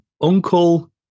Uncle